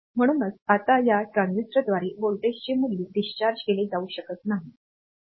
म्हणूनच आता या ट्रांझिस्टरद्वारे व्होल्टेजचे मूल्य डिस्चार्ज केले जाऊ शकत नाही